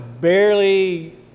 barely